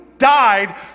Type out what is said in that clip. died